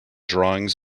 drawings